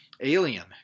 alien